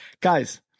guys